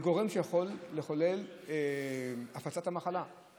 יכול לחולל הפצת המחלה.